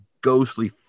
ghostly